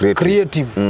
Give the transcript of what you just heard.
creative